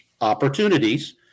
opportunities